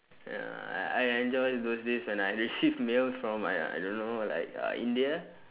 ya I I enjoy those days when I received mail from uh I don't know like uh india